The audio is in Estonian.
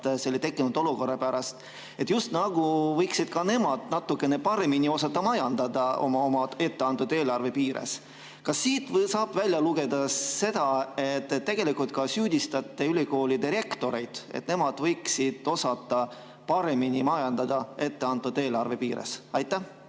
tekkinud olukorra eest, just nagu võiksid ka nemad natukene paremini osata majandada oma etteantud eelarve piires. Kas siit saab välja lugeda seda, et te süüdistate ülikoolide rektoreid, et nemad võiksid osata paremini majandada etteantud eelarve piires? Aitäh!